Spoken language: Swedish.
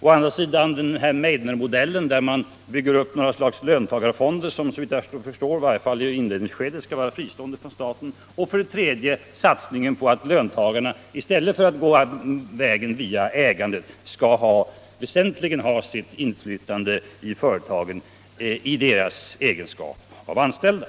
Den andra är Meidnermodellen, där man bygger upp löntagarfonder som skall äga företagen. Den tredje linjen slutligen är satsningen på att löntagarna i stället för att gå vägen via ägandet skall ha sitt väsentliga inflytande i företagen i sin egenskap av anställda.